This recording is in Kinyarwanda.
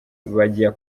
bajya